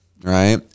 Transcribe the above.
right